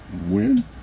win